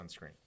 sunscreen